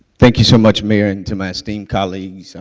thank you so much, mayor, and to my esteemed colleagues,